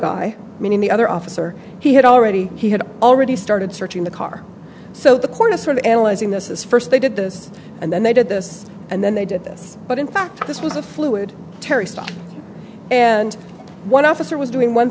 the other officer he had already he had already started searching the car so the corner sort of analyzing this is first they did this and then they did this and then they did this but in fact this was a fluid terry stop and one officer was doing one